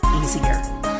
easier